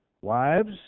Wives